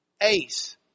ace